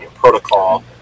protocol